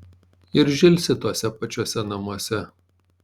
ir žilsi tuose pačiuose namuose